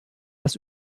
das